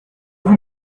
vous